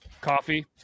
Coffee